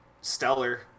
stellar